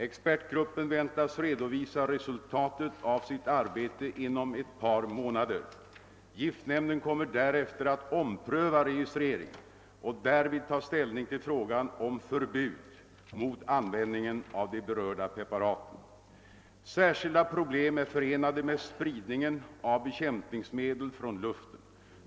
Expertgruppen väntas redovisa resutaltet av sitt arbete inom ett par månader. Giftnämnden kommer därefter att ompröva registreringen och därvid ta ställning till frågan om förbud mot användningen av de berörda preparaten. Särskilda problem är förenade med spridning av bekämpningsmedel från luften.